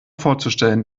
vorzustellen